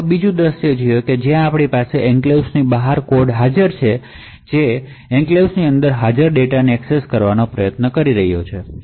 ચાલો બીજું દૃશ્ય જોઈએ જ્યાં તમારી પાસે એન્ક્લેવ્સ ની બહાર કોડ હાજર છે જે એન્ક્લેવ્સ ની અંદર હાજર ડેટાને એક્સેસ કરવાનો પ્રયાસ કરી રહ્યો છે